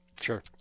Sure